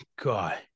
God